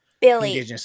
Billy